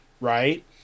Right